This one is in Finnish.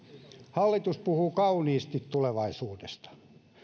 hallitus puhuu kauniisti tulevaisuudesta